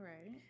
right